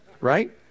Right